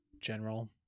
general